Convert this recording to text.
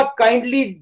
kindly